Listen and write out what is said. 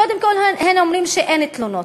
קודם כול, הם אומרים שאין תלונות.